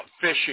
fishing